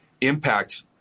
impact